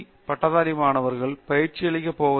மற்றும் பட்டதாரி மாணவர்களுக்குப் பயிற்சியளிக்கப் போவதில்லை